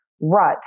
rut